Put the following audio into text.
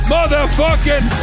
Motherfucking